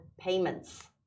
payments